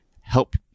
help